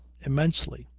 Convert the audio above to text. immensely!